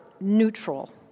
neutral